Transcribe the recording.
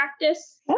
practice